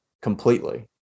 Completely